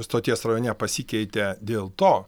stoties rajone pasikeitė dėl to